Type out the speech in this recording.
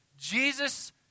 Jesus